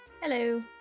Hello